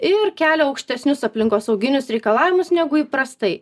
ir kelia aukštesnius aplinkosauginius reikalavimus negu įprastai